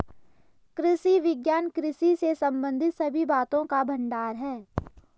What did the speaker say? कृषि विज्ञान कृषि से संबंधित सभी बातों का भंडार है